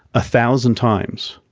a thousand times